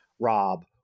rob